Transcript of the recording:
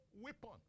Weapon